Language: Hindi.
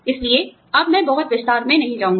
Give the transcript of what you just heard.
इसलिए अब मैं बहुत विस्तार में नहीं जाऊंगी